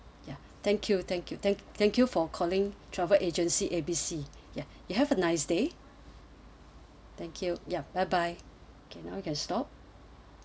ya thank you thank you thank thank you for calling travel agency A B C ya you have a nice day thank you yup bye bye okay now you can stop